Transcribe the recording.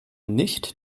nicht